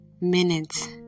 minutes